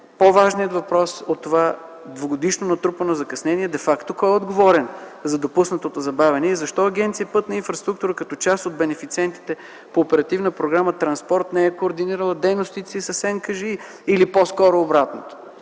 По-важният въпрос от това двугодишно натрупано закъснение де факто е кой е отговорен за допуснатото забавяне. Защо Агенция „Пътна инфраструктура” като част от бенефициентите по оперативна програма „Транспорт” не е координирала дейностите с Национална компания